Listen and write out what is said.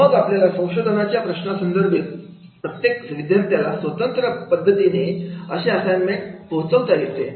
आणि मग आपल्या संशोधनाच्या प्रश्नांसंबंधी चे प्रत्येक विद्यार्थ्याला स्वतंत्र प्रतीमध्ये असे असाइन्मेंट पोहोच होते